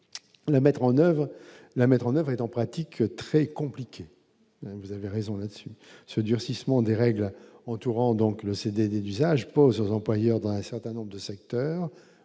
la mettre en oeuvre en pratique très compliqué, vous avez raison là-dessus ce durcissement des règles entourant donc le CDD d'usage pose aux employeurs d'un certain nombre de secteurs,